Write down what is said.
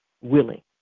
willing